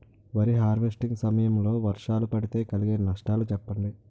వరి హార్వెస్టింగ్ సమయం లో వర్షాలు పడితే కలిగే నష్టాలు చెప్పండి?